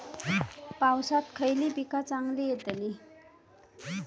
पावसात खयली पीका चांगली येतली?